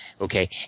okay